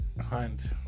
hunt